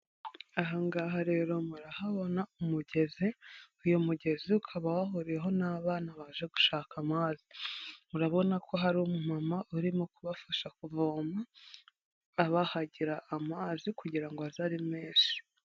Aha ngaha rero murahabona umugezi. Uyu mugezi ukaba wahuririweho n'abana baje gushaka amazi. Urabona ko hari umumama urimo kubafasha kuvoma, abahagira amazi kugira ngo aze ari menshi.